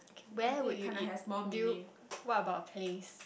where would you eat do you what about a place